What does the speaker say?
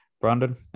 Brandon